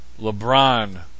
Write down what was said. LeBron